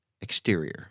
exterior